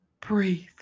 breathe